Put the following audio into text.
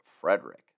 Frederick